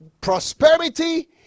prosperity